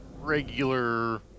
regular